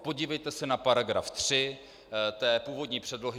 Podívejte se na § 3 původní předlohy 351.